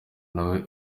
nawe